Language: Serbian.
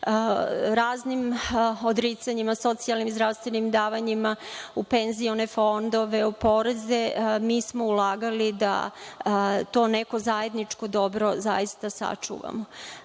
raznim odricanjima, socijalnim i zdravstvenim davanjima, u penzione fondove, u poreze, mi smo ulagali da to neko zajedničko dobro zaista sačuvamo. Pošto